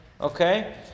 Okay